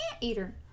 eater